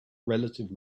relative